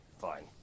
Fine